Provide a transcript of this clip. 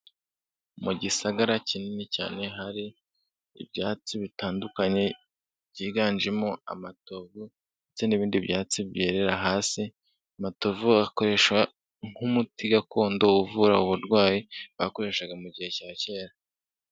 Mu gisagara kinini cyane hari ibyatsi bitandukanye byiganjemo amatovu ndetse n'ibindi byatsi byerera hasi, amatovu akoreshwa nk'umuti gakondo uvura uburwayi, bakoreshaga mu gihe cya kera.